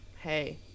hey